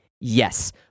Yes